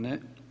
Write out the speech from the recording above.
Ne.